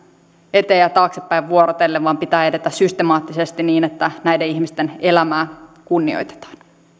eteen ja ja taaksepäin vuorotellen vaan pitää edetä systemaattisesti niin että näiden ihmisten elämää kunnioitetaan